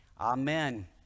Amen